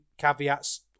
caveats